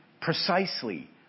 precisely